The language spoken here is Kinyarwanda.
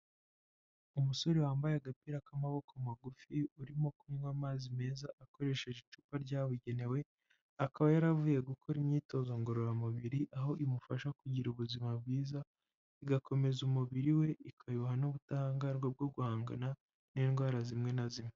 Umusore wambaye agapira k'amaboko magufi urimo kunywa amazi meza akoresheje icupa ryabugenewe, akaba yari avuye gukora imyitozo ngororamubiri, aho imufasha kugira ubuzima bwiza, igakomeza umubiri we, ikawuha n'ubudahangarwa bwo guhangana n'indwara zimwe na zimwe.